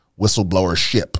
whistleblowership